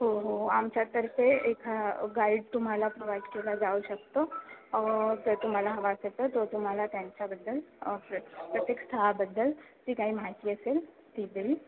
हो हो आमच्यातर्फे एखा गाईड तुम्हाला प्रोवाइड केला जाऊ शकतो तर तुम्हाला हवा असेल तर तो तुम्हाला त्यांच्याबद्दल प्रत्येक स्थाबद्दल ती काही माहिती असेल ती देईल